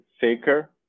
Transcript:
thicker